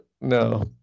No